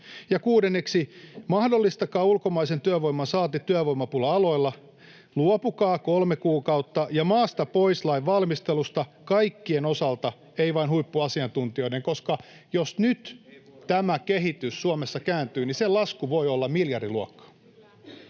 kuudenneksi, mahdollistakaa ulkomaisen työvoiman saanti työvoimapula-aloilla. Luopukaa ”kolme kuukautta ja maasta pois” -lain valmistelusta kaikkien osalta, ei vain huippuasiantuntijoiden, koska jos nyt tämä kehitys Suomessa kääntyy, niin se lasku voi olla miljardiluokkaa.